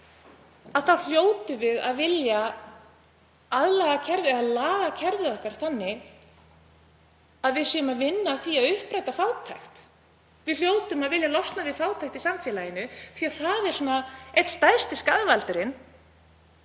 þá hljótum við að vilja laga kerfið okkar þannig að við séum að vinna að því að uppræta fátækt. Við hljótum að vilja losna við fátækt í samfélaginu því að það er einn stærsti skaðvaldurinn